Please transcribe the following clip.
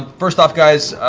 first off, guys,